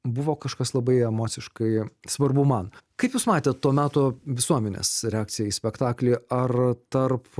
buvo kažkas labai emociškai svarbu man kaip jūs matėt to meto visuomenės reakciją į spektaklį ar tarp